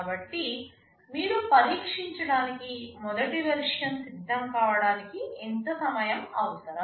కాబట్టి మీరు పరీక్షించటానికి మొదటి వెర్షన్ సిద్ధం కావటానికి ఎంత సమయం అవసరం